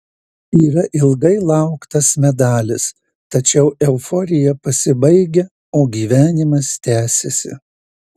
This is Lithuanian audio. yra ilgai lauktas medalis tačiau euforija pasibaigia o gyvenimas tęsiasi